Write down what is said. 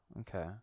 Okay